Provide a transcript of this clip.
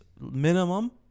minimum